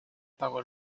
pagó